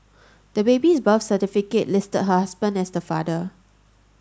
the baby's birth certificate listed her husband as the father